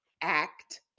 act